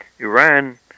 Iran